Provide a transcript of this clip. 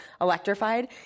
electrified